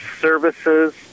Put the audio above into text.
services